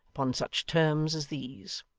upon such terms as these.